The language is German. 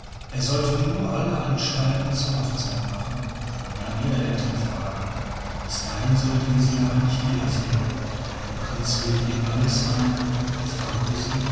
er sollte nur alle anstalten zur hochzeit machen und dann ihre eltern fragen bis dahin sollte er sie aber nicht wiedersehen der prinz willigte in alles ein und fragte sie